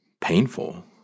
painful